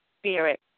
spirit